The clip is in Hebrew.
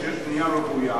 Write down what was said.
כשיש בנייה רוויה,